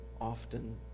often